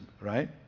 right